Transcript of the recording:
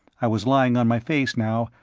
i was lying on my face now,